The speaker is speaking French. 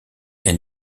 est